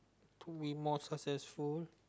to be more successful